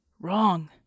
wrong